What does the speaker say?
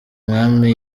umwami